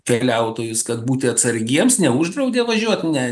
keliautojus kad būti atsargiems neuždraudė važiuot ne